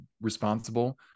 responsible